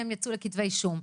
כמה מהן יצאו לכתבי אישום,